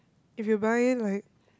if you buy like